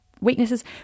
weaknesses